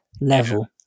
level